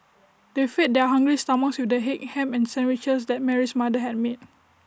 they fed their hungry stomachs with the egg and Ham Sandwiches that Mary's mother had made